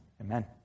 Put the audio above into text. Amen